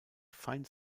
fine